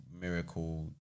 miracle